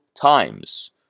times